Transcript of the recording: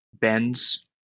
bends